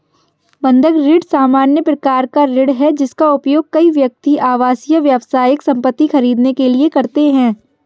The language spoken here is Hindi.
बंधक ऋण सामान्य प्रकार का ऋण है, जिसका उपयोग कई व्यक्ति आवासीय, व्यावसायिक संपत्ति खरीदने के लिए करते हैं